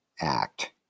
act